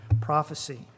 prophecy